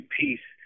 peace